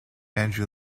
andrew